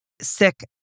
sick